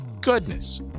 goodness